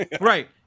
right